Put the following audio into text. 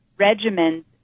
regimens